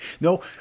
No